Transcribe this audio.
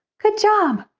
good job!